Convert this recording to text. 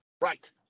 Right